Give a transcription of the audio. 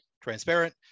transparent